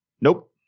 Nope